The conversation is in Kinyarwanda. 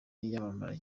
yamamara